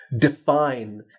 define